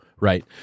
right